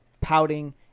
Pouting